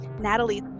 Natalie